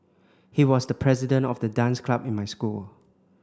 he was the president of the dance club in my school